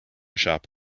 shop